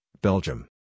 Belgium